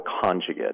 conjugate